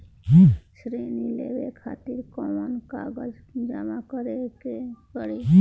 ऋण लेवे खातिर कौन कागज जमा करे के पड़ी?